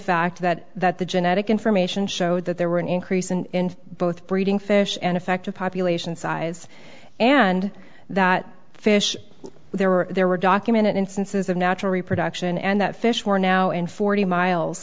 fact that that the genetic information showed that there were an increase in both breeding fish and effective population size and that fish there were there were documented instances of natural reproduction and that fish were now in forty miles